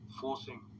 forcing